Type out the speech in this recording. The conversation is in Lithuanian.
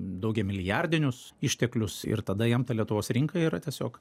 daugiamilijardinius išteklius ir tada jam ta lietuvos rinka yra tiesiog